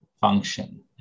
function